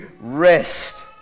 rest